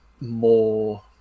more